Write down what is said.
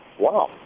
Wow